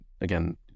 again